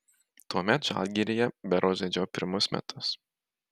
tuomet žalgiryje berods žaidžiau pirmus metus